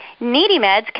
NeedyMeds